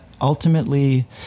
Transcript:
ultimately